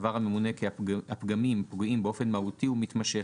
וסבר הממונה כי הפגמים פוגעים באופן מהותי ומתמשך